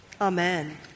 Amen